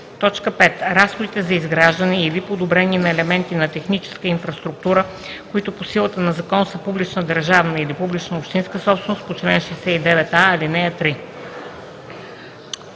т. 5: „5. разходите за изграждане или подобрение на елементи на техническа инфраструктура, които по силата на закон са публична държавна или публична общинска собственост по чл. 69а, ал.